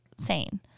sane